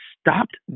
stopped